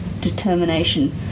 determination